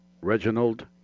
Reginald